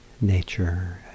nature